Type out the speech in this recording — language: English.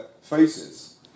faces